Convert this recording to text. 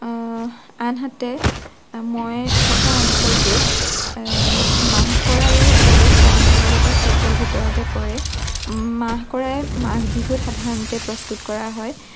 আনহাতে মই থকা অঞ্চলটোত মাহ কৰায়ো এবিধ পৰম্পৰাগত খাদ্যৰ ভিতৰতে পৰে মাহ কৰাই মাঘ বিহুত সাধাৰণতে প্ৰস্তুত কৰা হয়